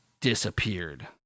disappeared